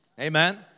Amen